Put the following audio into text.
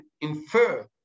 infer